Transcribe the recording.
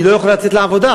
היא לא יכולה לצאת לעבודה.